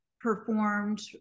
performed